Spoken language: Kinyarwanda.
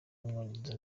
w’umwongereza